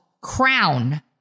crown